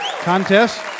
Contest